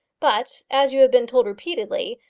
but, as you have been told repeatedly,